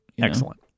Excellent